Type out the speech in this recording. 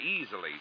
easily